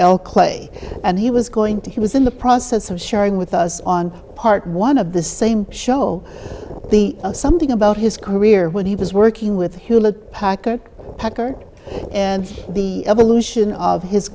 l clay and he was going to he was in the process of sharing with us on part one of the same show the us something about his career when he was working with hewlett packard packard and the evolution of his